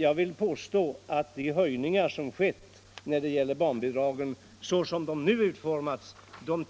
Jag vill påstå att de höjningar som skett, så som de nu utformats,